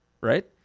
right